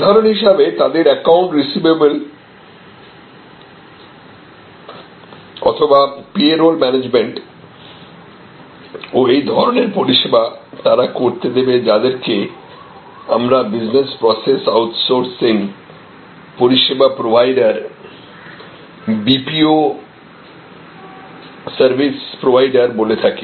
উদাহরন হিসাবে তাদের একাউন্ট রিসিভেবল অথবা পে রোল ম্যানেজমেন্ট ও এই ধরনের পরিষেবা তারা করতে দেবে যাদেরকে আমরা বিজনেস প্রসেস আউটসোর্সিং পরিষেবা প্রোভাইডার BPO সার্ভিস প্রোভাইডার বলে থাকি